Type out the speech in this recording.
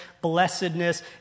blessedness